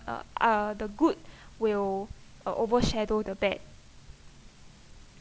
uh uh the good will overshadow the bad